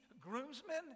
groomsmen